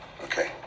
Okay